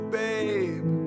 babe